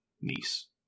niece